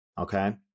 Okay